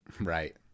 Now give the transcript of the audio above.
Right